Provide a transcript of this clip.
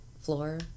floor